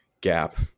gap